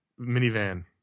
minivan